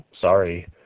sorry